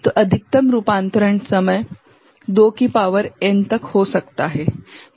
तो अधिकतम रूपांतरण समय 2 की शक्ति n तक हो सकता है